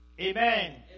Amen